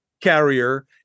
carrier